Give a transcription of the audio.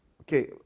Okay